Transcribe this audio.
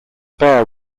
bear